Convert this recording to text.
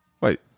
Wait